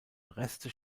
reste